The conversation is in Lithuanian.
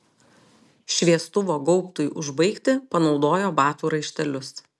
šviestuvo gaubtui užbaigti panaudojo batų raištelius